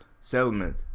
Settlement